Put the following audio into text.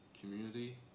community